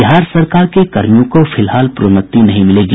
बिहार सरकार के कर्मियों को फिलहाल प्रोन्नति नहीं मिलेगी